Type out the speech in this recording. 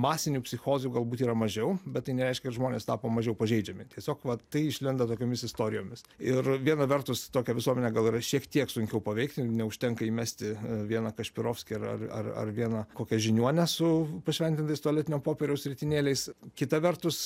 masinių psichozių galbūt yra mažiau bet tai nereiškia kad žmonės tapo mažiau pažeidžiami tiesiog va tai išlenda tokiomis istorijomis ir viena vertus tokią visuomenę gal yra šiek tiek sunkiau paveikti neužtenka įmesti vieną kašpirovskį ir ar ar ar vieną kokią žiniuonę su pašventintais tualetinio popieriaus ritinėliais kita vertus